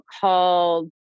called